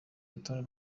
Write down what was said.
urutonde